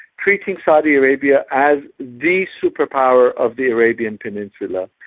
treating saudi arabia as the superpower of the arabian peninsula,